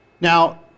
Now